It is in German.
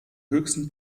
höchsten